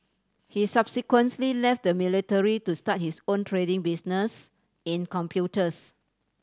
he subsequently left the military to start his own trading business in computers